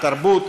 התרבות,